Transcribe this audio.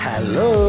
Hello